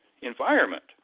environment